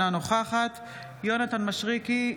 אינה נוכחת יונתן מישרקי,